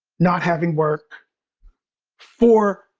not having work for